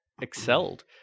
excelled